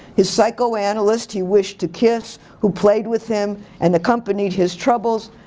his psychoanalyst he wished to kiss, who played with him and accompanied his troubles,